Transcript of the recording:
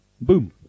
Boom